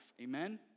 amen